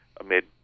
amid